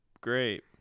great